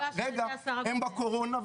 הם בקורונה,